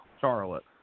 Charlotte